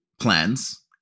plans